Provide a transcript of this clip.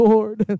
Lord